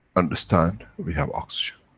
understand, we have oxygen.